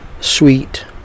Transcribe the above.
sweet